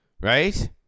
right